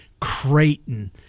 Creighton